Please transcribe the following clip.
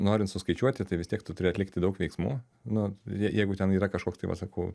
norint suskaičiuoti tai vis tiek turi atlikti daug veiksmų nu je jeigu ten yra kažkoks tai va sakau